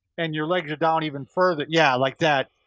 and your legs are down even further, yeah like that,